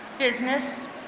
business,